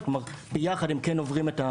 וביחד הם כן עוברים.